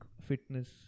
fitness